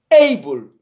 able